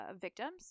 victims